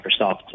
Microsoft